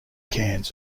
cans